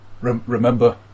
remember